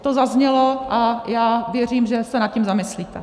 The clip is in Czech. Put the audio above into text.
To zaznělo a já věřím, že se nad tím zamyslíte.